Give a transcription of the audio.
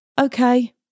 okay